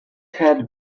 had